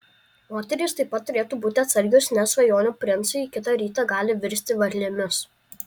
moterys taip pat turėtų būti atsargios nes svajonių princai kitą rytą gali virsti varlėmis